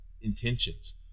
intentions